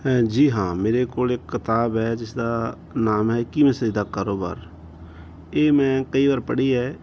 ਜੀ ਹਾਂ ਮੇਰੇ ਕੋਲ ਇੱਕ ਕਿਤਾਬ ਹੈ ਜਿਸਦਾ ਨਾਮ ਹੈ ਇੱਕੀਵੀਂ ਸਦੀ ਦਾ ਕਾਰੋਬਾਰ ਇਹ ਮੈਂ ਕਈ ਵਾਰ ਪੜ੍ਹੀ ਹੈ